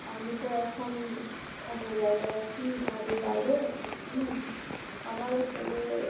আমি তো এখন অন্য জায়গায় আছি বাড়ির বাইরে হুম আমারও ছেলে